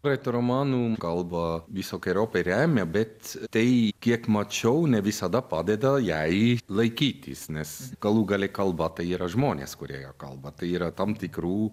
reto romanų kalba visokeriopai remia bet tai kiek mačiau ne visada padeda jai laikytis nes galų gale kalba tai yra žmonės kurie ja kalba tai yra tam tikrų